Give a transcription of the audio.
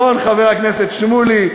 נכון, חבר הכנסת שמולי.